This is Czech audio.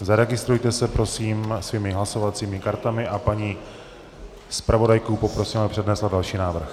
Zaregistrujte se prosím svými hlasovacími kartami a paní zpravodajku poprosím, aby přednesla další návrh.